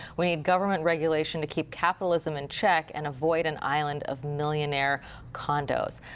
we need government regulation to keep capitalism in check and avoid and island of millionaire condos.